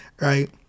Right